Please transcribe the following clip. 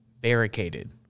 barricaded